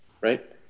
right